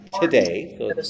today